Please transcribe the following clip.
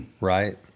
right